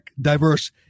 diverse